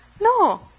No